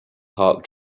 park